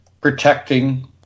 protecting